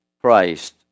Christ